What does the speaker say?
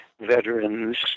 veterans